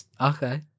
okay